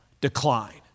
decline